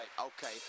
okay